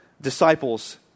disciples